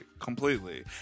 Completely